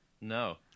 No